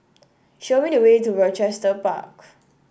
show me the way to Rochester Park